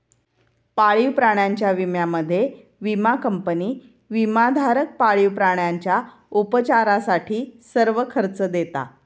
पाळीव प्राण्यांच्या विम्यामध्ये, विमा कंपनी विमाधारक पाळीव प्राण्यांच्या उपचारासाठी सर्व खर्च देता